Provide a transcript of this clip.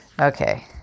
Okay